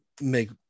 make